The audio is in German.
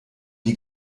die